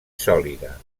sòlida